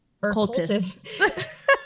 Cultists